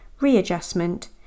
readjustment